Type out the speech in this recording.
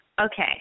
Okay